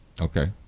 Okay